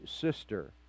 sister